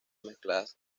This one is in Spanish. mezcladas